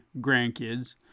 grandkids